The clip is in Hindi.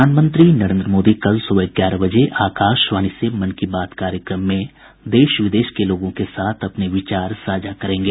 प्रधानमंत्री नरेंद्र मोदी कल सुबह ग्यारह बजे आकाशवाणी से मन की बात कार्यक्रम में देश विदेश के लोगों के साथ अपने विचार साझा करेंगे